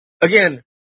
Again